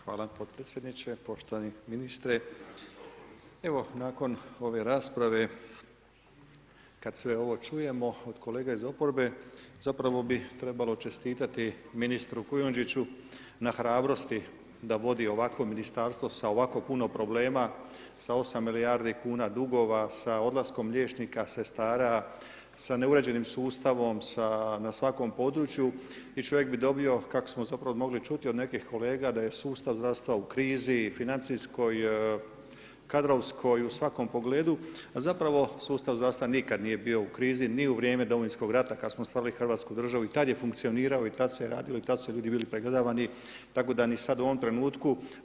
Hvala podpredsjedniče, poštovani ministre, evo nakon ove rasprave, kada sve ovo čujemo od kolega iz oporbe, zapravo bi trebalo čestitati ministru Kujundžiću na hrabrosti da vodi ovakvo Ministarstvo sa ovako puno problema, sa 8 milijardi kuna dugova, sa odlaskom liječnika, sestara, sa neuređenim sustavom, sa na svakom području i čovjek bi dobio, kako smo zapravo mogli čuti od nekih kolega da je sustav zastao u krizi financijskoj, kadrovskoj u svakom pogledu, a zapravo sustav zdravstva nikada nije bio u krizi, ni u vrijeme domovinskog rata kada smo stvarali hrvatsku državu i tada je funkcionirao i tad se radilo i tad su ljudi bili pregledavani, tako da ni sad u ovom trenutku.